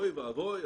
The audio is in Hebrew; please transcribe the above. אוי ואבוי,